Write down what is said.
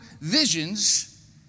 visions